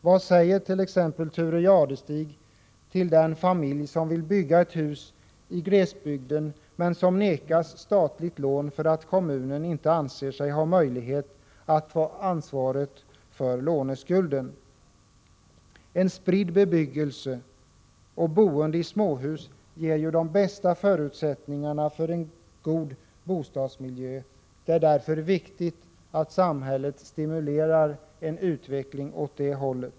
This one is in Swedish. Vad säger t.ex. Thure Jadestig till den familj som vill bygga ett hus i glesbygden men som nekas statliga lån för att kommunen inte anser sig ha möjlighet att ta ansvaret för låneskulden? En spridd bebyggelse och boende i småhus ger ju de bästa förutsättningarna för en god bostadsmiljö. Det är därför viktigt att samhället stimulerar en utveckling åt det hållet.